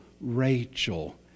Rachel